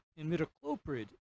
imidacloprid